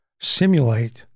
simulate